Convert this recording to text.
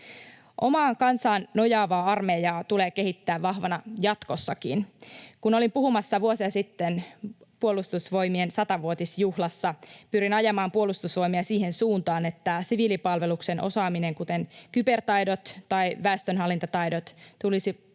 Omaan kansaan nojaavaa armeijaa tulee kehittää vahvana jatkossakin. Kun olin puhumassa vuosia sitten Puolustusvoimien 100-vuotisjuhlassa, pyrin ajamaan Puolustusvoimia siihen suuntaan, että siviilipalveluksen osaaminen, kuten kybertaidot tai väestönhallintataidot, tukisivat maanpuolustusta